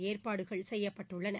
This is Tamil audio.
ஏற்பாடுகள் செய்யப்பட்டுள்ளன